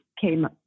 came